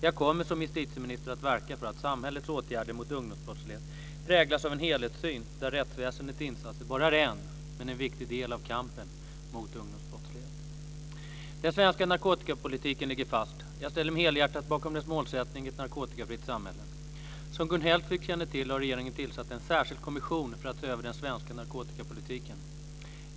Jag kommer som justitieminister att verka för att samhällets åtgärder mot ungdomsbrottslighet präglas av en helhetssyn där rättsväsendets insatser bara är en, men en viktig, del av kampen mot ungdomsbrottsligheten. Den svenska narkotikapolitiken ligger fast. Jag ställer mig helhjärtat bakom dess målsättning ett narkotikafritt samhälle. Som Gun Hellsvik känner till har regeringen tillsatt en särskild kommission för att se över den svenska narkotikapolitiken.